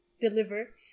deliver